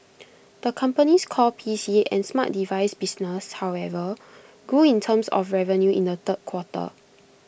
the company's core P C and smart device business however grew in terms of revenue in the third quarter